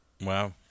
wow